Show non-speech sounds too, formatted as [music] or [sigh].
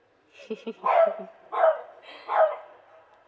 [laughs]